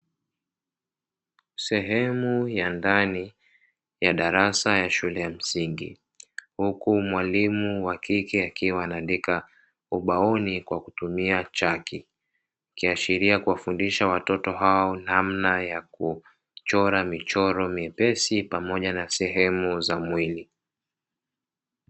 Sehemu ya ndani ya darasa ya shule ya msingi, huku mwalimu wa kike akiwa anaandika ubaoni kwa kutumia chaki. Kiashiria kuwafundisha watoto hao namna ya kuchora michoro mepesi pamoja na sehemu za mwili.